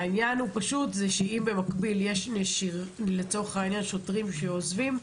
העניין הוא שאם במקביל יש לצורך העניין שוטרים שעוזבים,